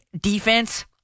defense